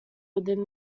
within